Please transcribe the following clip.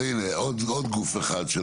אז הנה, עוד גוף אחד.